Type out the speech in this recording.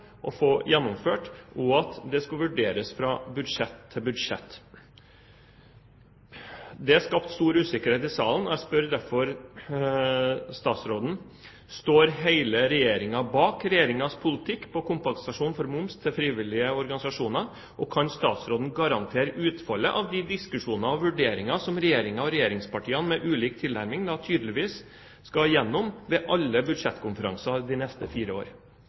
å få gjennomført, og at det skulle vurderes fra budsjett til budsjett. Det skapte stor usikkerhet i salen, og jeg spør derfor statsråden: Står hele Regjeringen bak Regjeringens politikk når det gjelder kompensasjon for moms til frivillige organisasjoner? Og kan statsråden garantere utfallet av de diskusjoner og vurderinger som Regjeringen og regjeringspartiene – med ulik tilnærming – tydeligvis skal gjennom ved alle budsjettkonferanser de neste fire år?